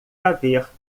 haver